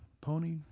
Pony